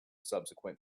subsequent